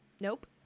Nope